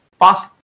past